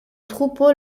troupeau